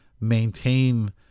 maintain